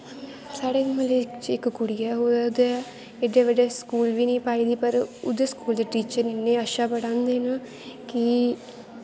साढ़ै म्हल्लै दी इक कुड़ी ऐ ओह् ते एहड्डै बड्डै स्कूल निं पाई दी पर उं'दे स्कूल दे टीचर इन्ना अच्छा पढ़ांदे न कि